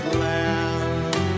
land